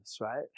right